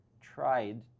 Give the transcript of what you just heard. tried